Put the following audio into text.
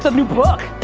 new book.